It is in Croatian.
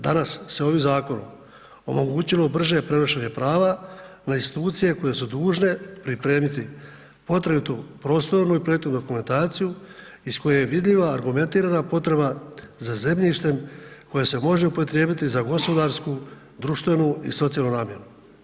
Danas se ovim zakonom omogućilo brže prenošenje prava na institucije koje su dužne pripremiti potrebitu prostornu i projektnu dokumentaciju iz koje je vidljiva argumentirana potreba za zemljištem koje se može upotrijebiti za gospodarsku, društvenu i socijalnu namjenu.